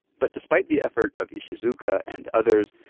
but despite the effort of ishizuka and others,